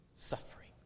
Suffering